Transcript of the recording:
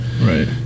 Right